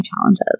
challenges